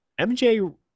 mj